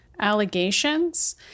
allegations